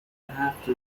هفت